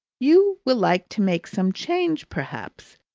you will like to make some change, perhaps?